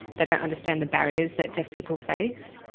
they don't understand the barriers that deaf people face.